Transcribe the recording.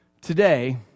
today